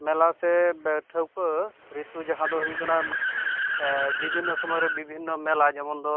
ᱢᱮᱞᱟ ᱥᱮ ᱴᱷᱟᱸᱣᱴᱟᱹ ᱨᱤᱛᱩ ᱡᱟᱦᱟᱸ ᱫᱚ ᱦᱩᱭᱩᱜ ᱠᱟᱱᱟ ᱵᱤᱵᱷᱤᱱᱱᱚ ᱥᱚᱢᱚᱭᱨᱮ ᱵᱤᱵᱷᱤᱱᱱᱚ ᱢᱮᱞᱟ ᱡᱮᱢᱚᱱ ᱫᱚ